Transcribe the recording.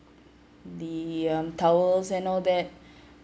the um towels and all that